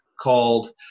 called